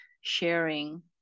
sharing